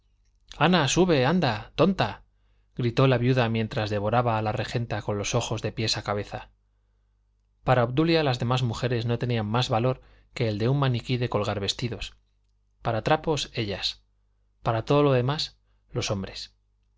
ana sube anda tonta gritó la viuda mientras devoraba a la regenta con los ojos de pies a cabeza para obdulia las demás mujeres no tenían más valor que el de un maniquí de colgar vestidos para trapos ellas para todo lo demás los hombres